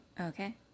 Okay